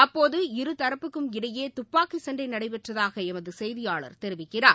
அப்போது இரு தரப்புக்கும் இடையே துப்பாக்கி சண்டை நடைபெற்றதாக எமது செய்தியாளர் தெரிவிக்கிறார்